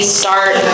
start –